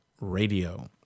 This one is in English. Radio